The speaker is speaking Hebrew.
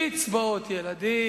קצבאות ילדים.